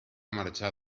marxar